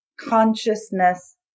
consciousness